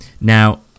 Now